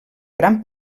gran